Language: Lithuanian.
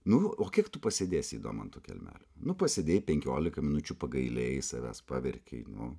nu o kiek tu pasėdėsi įdomu ant to kelmelio nu pasėdėjai penkiolika minučių pagailėjai savęs paverkei nu